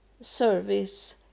service